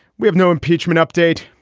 we have no impeachment update.